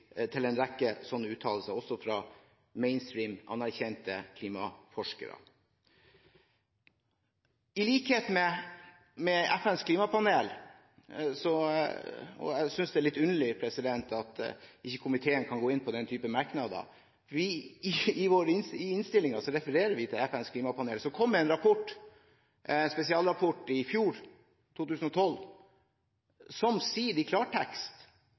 til en rekke sånne uttalelser, også fra anerkjente – mainstream – klimaforskere. I innstillingen refererer vi til at FNs klimapanel – og jeg synes det er litt underlig at komiteen ikke kan gå inn på den typen merknader – kom med en spesialrapport i fjor, 2012, som i klartekst sier